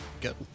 good